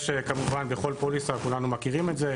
יש כמובן בכל פוליסה, כולנו מכירים את זה.